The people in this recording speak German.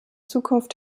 zukunft